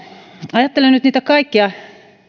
ajattelen nyt niitä kaikkia